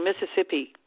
Mississippi